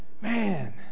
man